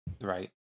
Right